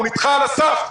נדחה על הסף.